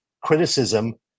Criticism